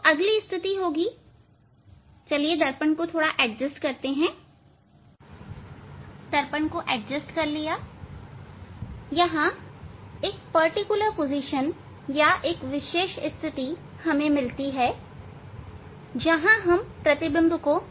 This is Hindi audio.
तो अगली स्थिति होगी दर्पण की स्थिति को एडजस्ट करते है आप एक विशेष स्थिति प्राप्त करेंगे जब आप यहां प्रतिबिंब की स्थिति प्राप्त करेंगे